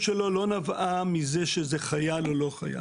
"הבה לי בנים ואם אין מתה אנוכי".